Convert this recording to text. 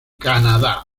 canadá